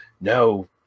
no